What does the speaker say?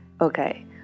Okay